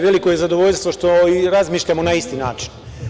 Veliko je zadovoljstvo što razmišljamo na isti način.